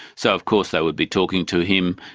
so of course they would be talking to him.